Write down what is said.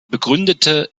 begründete